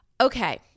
Okay